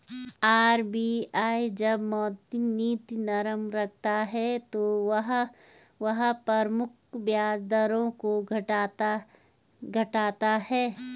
RBI जब मौद्रिक नीति नरम रखता है तो वह प्रमुख ब्याज दरों को घटाता है